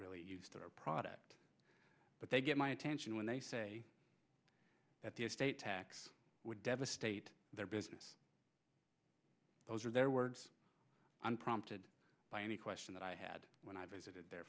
really use their product but they get my attention when they say that the estate tax would devastate their business those are their words unprompted by any question that i had when i visited the